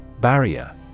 Barrier